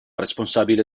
responsabile